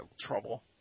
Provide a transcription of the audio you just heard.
trouble